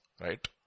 Right